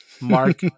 Mark